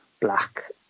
black